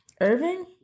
irving